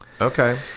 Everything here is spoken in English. okay